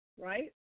right